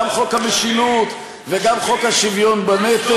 גם חוק המשילות, גם חוק השוויון בנטל